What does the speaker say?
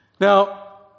Now